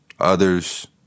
Others